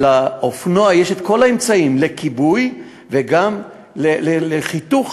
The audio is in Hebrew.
ולאופנוע יש את כל האמצעים לכיבוי וגם לחיתוך